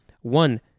one